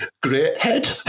Greathead